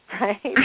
right